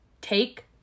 Take